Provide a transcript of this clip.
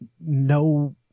no